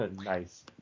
Nice